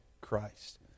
Christ